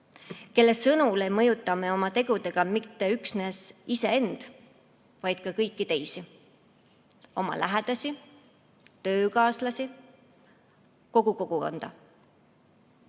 kelle sõnul ei mõjuta me oma tegudega mitte üksnes iseend, vaid ka kõiki teisi: oma lähedasi, töökaaslasi, kogu kogukonda.